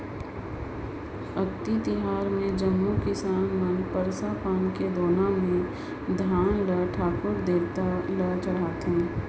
अक्ती तिहार मे जम्मो किसान मन परसा पान के दोना मे धान ल ठाकुर देवता ल चढ़ाथें